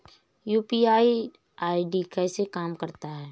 UPI ID कैसे काम करता है?